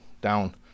down